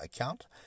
account